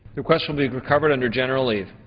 request will be recovered under general leave.